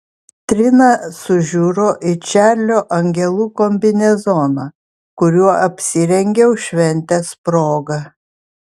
trina sužiuro į čarlio angelų kombinezoną kuriuo apsirengiau šventės proga